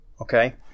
Okay